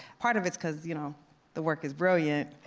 part of it's because you know the work is brilliant,